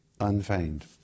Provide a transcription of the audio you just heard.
unfeigned